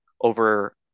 over